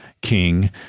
King